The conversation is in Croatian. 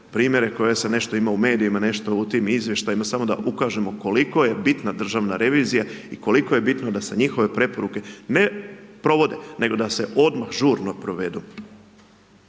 primjere koje sam nešto imao u medijima, nešto u tim izvješćima, samo da ukažemo koliko je bitna Državna revizija i koliko je bitno da se njihove preporuke ne provode, nego da se odmah, žurno provedu.